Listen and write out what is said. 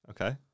Okay